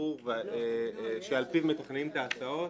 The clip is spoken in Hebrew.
וברור שעל פיו מתכננים את ההסעות,